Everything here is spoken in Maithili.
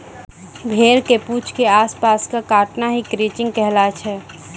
भेड़ के पूंछ के आस पास के बाल कॅ काटना हीं क्रचिंग कहलाय छै